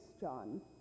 John